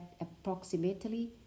approximately